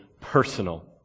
personal